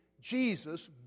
Jesus